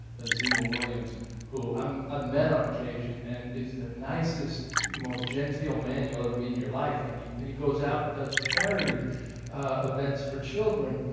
ah zema williams whom um i've i've met on occasion and is the nicest, most gentle man you'll ever meet in your life and he and he goes out and does charity events for children